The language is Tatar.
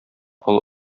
олы